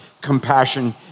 compassion